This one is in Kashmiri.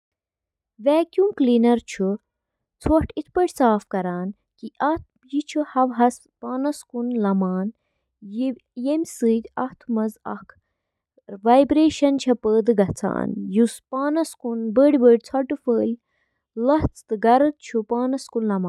ہیئر ڈرائر، چُھ اکھ الیکٹرو مکینیکل آلہ یُس نم مَس پیٹھ محیط یا گرم ہوا چُھ وایان تاکہِ مَس خۄشٕک کرنہٕ خٲطرٕ چُھ آبُک بخارات تیز گژھان۔ ڈرائر چِھ پرتھ سٹرینڈ اندر عارضی ہائیڈروجن بانڈن ہنٛز تشکیل تیز تہٕ کنٹرول کرتھ، مس ہنٛز شکل تہٕ اندازس پیٹھ بہتر کنٹرولس قٲبل بناوان۔